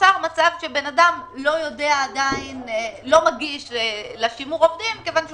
נוצר שמצב שאדם לא מגיש לשימור עובדים כי הוא